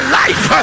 life